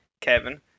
Kevin